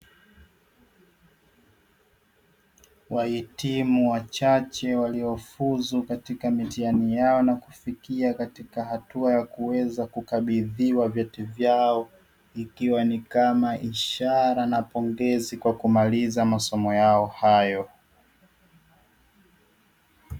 Wahitimu wachache waliofuzu katika mitihani yao na kufikia katika hatua ya kuweza kukabidhiwa vyeti vyao, ikiwa ni kama ishara na pongezi kwa kumaliza masomo yao hayo.